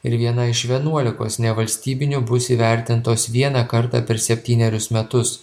ir viena iš vienuolikos nevalstybinių bus įvertintos vieną kartą per septynerius metus